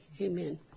Amen